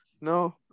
No